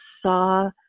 saw